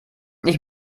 ich